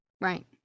Right